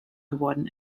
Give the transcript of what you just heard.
geworden